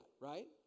right